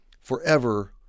forever